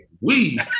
We-